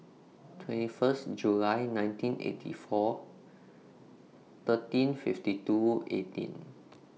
twenty First July nineteen eighty four thirteen fifty two eighteen